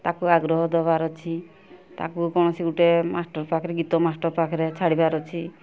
ତା'କୁ ଆଗ୍ରହ ଦେବାର ଅଛି ତା'କୁ କୌଣସି ଗୋଟିଏ ମାଷ୍ଟର୍ ପାଖରେ ଗୀତ ମାଷ୍ଟର୍ ପାଖରେ ଛାଡ଼ିବାର ଅଛି